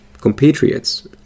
compatriots